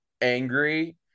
Angry